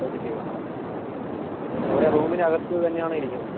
positive ആണോ ആ എവിടെ റൂമിനകത്ത് തന്നെയാണോ ഇരിക്കുന്നത്